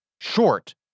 short